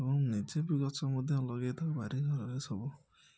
ଏବଂ ନିଜେ ବି ଗଛ ଲଗେଇଥାଉ ବାରି ଘରରେ ସବୁ